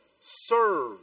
Serve